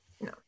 No